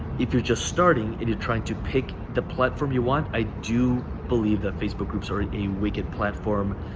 if you're just starting and you're trying to pick the platform you want, i do believe that facebook groups are ah a wicked platform.